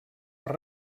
per